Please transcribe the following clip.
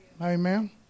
Amen